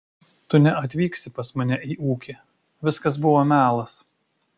tu neatvyksi pas mane į ūkį viskas buvo melas